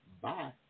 Bye